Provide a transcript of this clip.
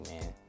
man